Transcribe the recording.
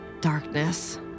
darkness